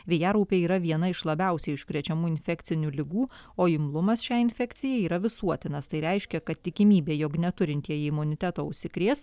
vėjaraupiai yra viena iš labiausiai užkrečiamų infekcinių ligų o imlumas šiai infekcijai yra visuotinas tai reiškia kad tikimybė jog neturintieji imuniteto užsikrės